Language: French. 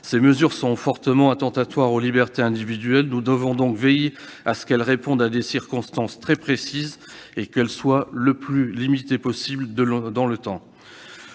Ces mesures sont fortement attentatoires aux libertés individuelles. Nous devons donc veiller à ce qu'elles répondent à des circonstances très précises et qu'elles soient aussi limitées que possible dans le temps.